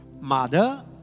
Mother